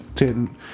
Ten